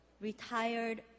retired